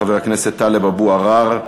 חבר הכנסת טלב אבו עראר,